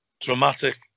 dramatic